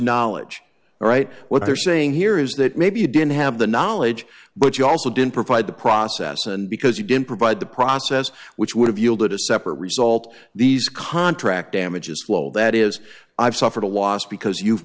knowledge all right what they're saying here is that maybe you didn't have the knowledge but you also didn't provide the process and because you didn't provide the process which would have yielded a separate result these contract damages lol that is i've suffered a loss because you've